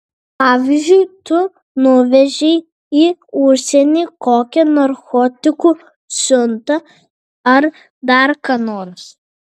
pavyzdžiui tu nuvežei į užsienį kokią narkotikų siuntą ar dar ką nors